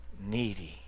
needy